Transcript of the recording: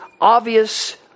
obvious